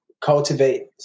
cultivate